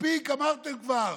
מספיק אמרתם כבר.